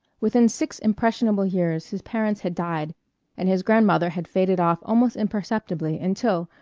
within six impressionable years his parents had died and his grandmother had faded off almost imperceptibly, until,